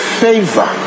favor